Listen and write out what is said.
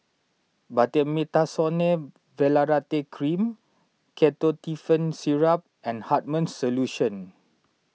Betamethasone Valerate Cream Ketotifen Syrup and Hartman's Solution